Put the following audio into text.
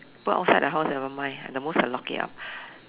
put outside the house nevermind at the most I lock it up